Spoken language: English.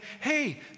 hey